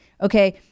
okay